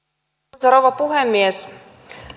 arvoisa rouva puhemies